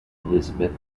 elizabeth